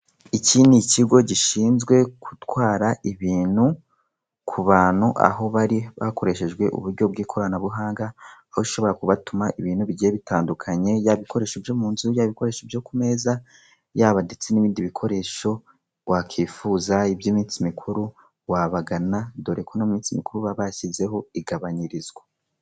Iki ni ikigo gishinzwe gutwara ibintu ku bantu aho bari hakoreshejwe uburyo bw'ikoranabuhanga, aho ushobora kubatuma ibintu bigiye bitandukanye yaba ibikoresho byo mu nzu, yaba ibikoresho byo ku meza, yaba ndetse n'ibindi bikoresho wakifuza, iby'iminsi mikuru wabagana dore ko no mu minsi mikuru baba bashyizeho igabanyirizwa.